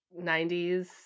90s